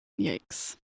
Yikes